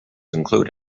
include